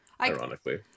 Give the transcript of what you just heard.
ironically